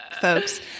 folks